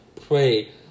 pray